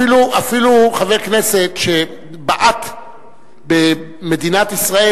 אפילו חבר כנסת שבעט במדינת ישראל,